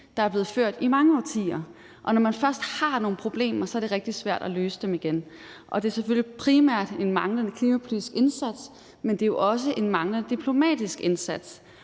der er blevet ført i mange årtier, og når man først har nogle problemer, er det rigtig svært at løse dem igen, og det er selvfølgelig primært en manglende klimapolitisk indsats, men det er jo også en manglende diplomatisk indsats.